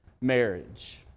marriage